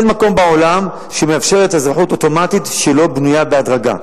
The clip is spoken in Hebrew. אין מקום בעולם שמאפשר אזרחות אוטומטית שלא בנויה בהדרגה.